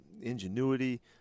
ingenuity